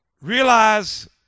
realize